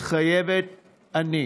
בא חבר הכנסת אלון טל.